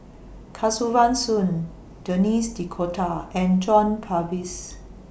Kesavan Soon Denis D'Cotta and John Purvis